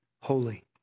holy